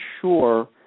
sure